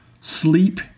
sleep